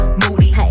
moody